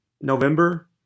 November